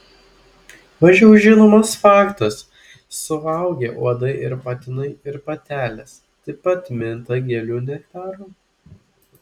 mažiau žinomas faktas suaugę uodai ir patinai ir patelės taip pat minta gėlių nektaru